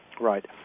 Right